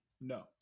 No